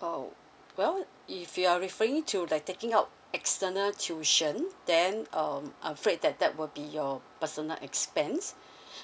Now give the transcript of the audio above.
oh well if you are referring to like taking out external tuition then um I'm afraid that that will be your personal expense